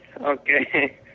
Okay